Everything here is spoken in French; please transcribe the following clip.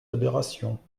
aberrations